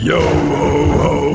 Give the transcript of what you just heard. Yo-ho-ho